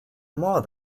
more